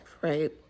right